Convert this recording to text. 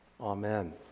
Amen